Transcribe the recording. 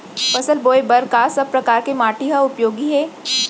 फसल बोए बर का सब परकार के माटी हा उपयोगी हे?